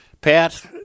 Pat